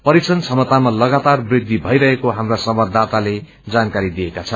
परीक्षण क्षमतामा लगातार वृद्धि भइरहेको स्राप्रा संवादाताले जानकारी दिएका छन्